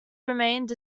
remained